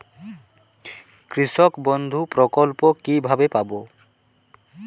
কৃষকবন্ধু প্রকল্প কিভাবে পাব?